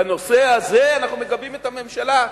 בנושא הזה אנחנו מגבים את הממשלה.